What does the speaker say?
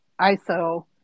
ISO